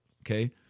okay